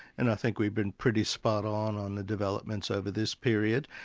and i think we've been pretty spot-on, on the developments over this period,